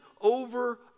over